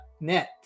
net